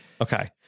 Okay